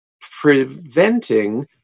preventing